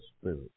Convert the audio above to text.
Spirit